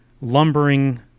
lumbering